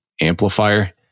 amplifier